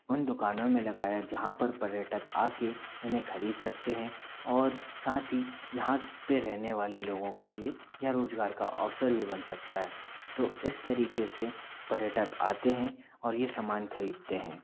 उन दुकानों में लगाया है जहाँ पर पर्यटक आके इन्हें खरीद सकते हैं और साथी यहाँ पे रहने वाले लोगों के लिये यह रोजगार का अवसर भी बन सकता है तो इस तरीके से पर्यटक आते हैं और ये सामान खरीदते हैं